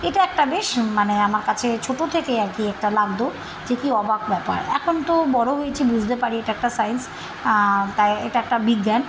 এটা একটা বেশ মানে আমার কাছে ছোট থেকে আর কী একটা লাগত যে কী অবাক ব্যাপার এখন তো বড় হয়েছি বুঝতে পারি এটা একটা সায়েন্স তাই এটা একটা বিজ্ঞান